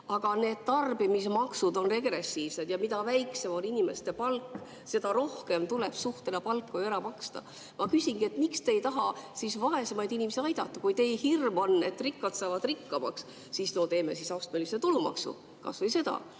Aga need tarbimismaksud on regressiivsed ja mida väiksem on inimeste palk, seda rohkem tuleb suhtena palka ju ära maksta. Ma küsingi: miks te ei taha vaesemaid inimesi aidata? Kui teie hirm on, et rikkad saavad rikkamaks, siis no teeme astmelise tulumaksu, kas või seda.